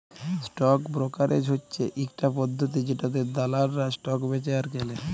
stock brokerage হচ্যে ইকটা পদ্ধতি জেটাতে দালালরা স্টক বেঁচে আর কেলে